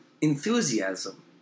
enthusiasm